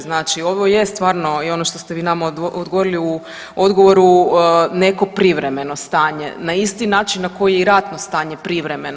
Znači ovo je stvarno i ono što ste vi nama odgovorili u odgovoru neko privremeno stanje na isti način na koje je i ratno stanje privremeno.